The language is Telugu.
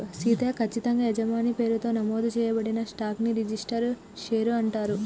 సీతయ్య, కచ్చితంగా యజమాని పేరుతో నమోదు చేయబడిన స్టాక్ ని రిజిస్టరు షేర్ అంటారు